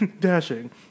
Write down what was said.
Dashing